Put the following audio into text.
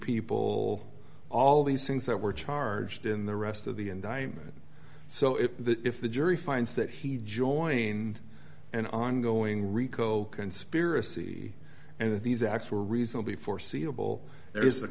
people all these things that were charged in the rest of the indictment so if the if the jury finds that he joined an ongoing rico conspiracy and that these acts were reasonably foreseeable there is